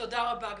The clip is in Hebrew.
תודה רבה.